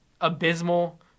abysmal